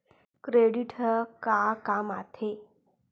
Credit ह का काम आथे?